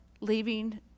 Leaving